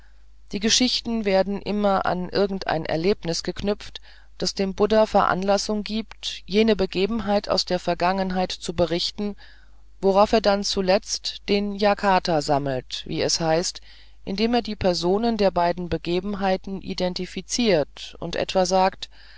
diese geschichten werden immer an irgendein erlebnis geknüpft das dem buddha veranlassung gibt jene begebenheit aus der vergangenheit zu berichten worauf er dann zuletzt den jataka sammelt wie es heißt indem er die personen der beiden begebenheiten identifiziert und etwa sagt